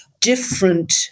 different